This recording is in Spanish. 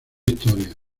historia